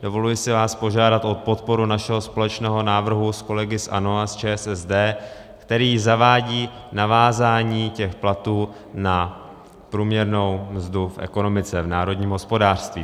Dovoluji si vás požádat o podporu našeho společného návrhu s kolegy z ANO a z ČSSD, který zavádí navázání těch platů na průměrnou mzdu v ekonomice, v národním hospodářství.